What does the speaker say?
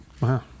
Wow